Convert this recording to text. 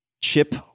Chip